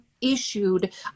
issued